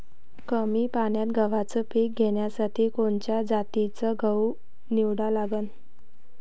कमी पान्यात गव्हाचं पीक घ्यासाठी कोनच्या जातीचा गहू निवडा लागन?